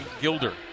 Gilder